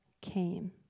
came